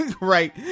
Right